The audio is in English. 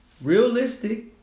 realistic